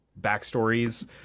backstories